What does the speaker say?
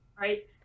Right